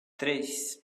três